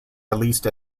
released